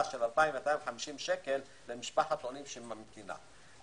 של 2,250 שקלים למשפחת עולים שממתינה.